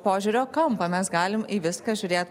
požiūrio kampą mes galim į viską žiūrėt